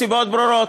מסיבות ברורות.